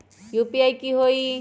UPI की होई?